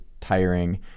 tiring